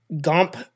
Gump